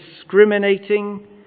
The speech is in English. discriminating